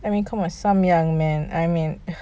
I mean come on samyang man I mean uh